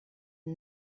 and